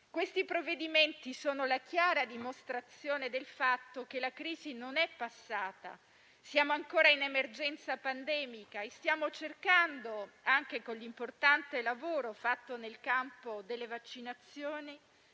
Questi provvedimenti sono la chiara dimostrazione del fatto che la crisi non è passata. Siamo ancora in emergenza pandemica e stiamo cercando di rialzarci, anche con l'importante lavoro fatto nel campo delle vaccinazioni,